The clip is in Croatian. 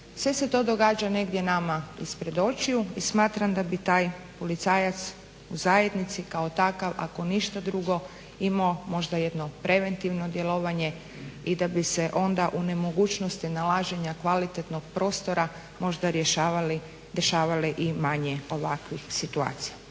Sve se to događa negdje nama ispred očiju i smatram da bi taj policajac u zajednici kao takav ako ništa drugo imao možda jedno preventivno djelovanje i da bi se onda u nemogućnosti nalaženja kvalitetnog prostora možda dešavalo i manje ovakvih situacija.